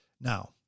Now